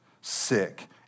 sick